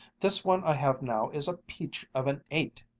this one i have now is a peach of an eight.